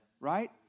right